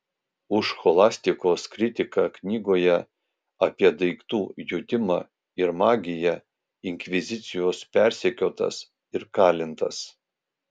už scholastikos kritiką knygoje apie daiktų jutimą ir magiją inkvizicijos persekiotas ir kalintas